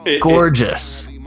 gorgeous